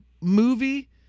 movie